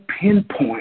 pinpoint